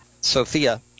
Sophia